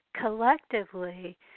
collectively